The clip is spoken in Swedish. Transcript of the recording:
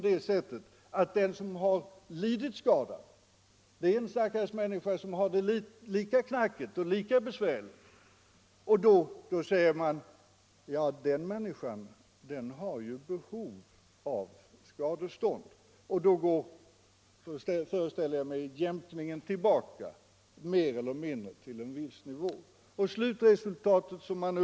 Men om den som lidit skada är en stackars människa som har det lika knackigt och besvärligt och har behov av skadestånd går jämkningen tillbaka till en viss nivå, föreställer jag mig.